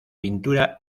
pintura